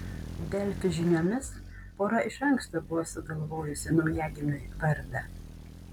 delfi žiniomis pora iš anksto buvo sugalvojusi naujagimiui vardą